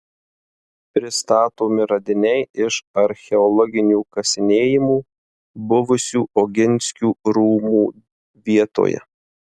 pristatomi radiniai iš archeologinių kasinėjimų buvusių oginskių rūmų vietoje